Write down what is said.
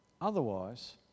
Otherwise